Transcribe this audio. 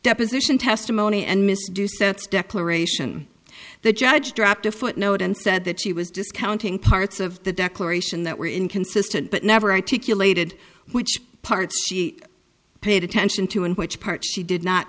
deposition testimony and mrs do sets declaration the judge dropped a footnote and said that she was discounting parts of the declaration that were inconsistent but never articulated which part she paid attention to and which part she did not